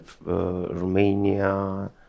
Romania